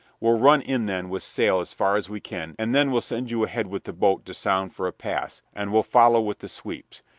we'll run in then with sail as far as we can, and then we'll send you ahead with the boat to sound for a pass, and we'll follow with the sweeps.